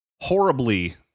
horribly